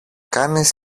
κάνεις